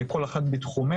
כל אחת בתחומה.